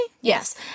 Yes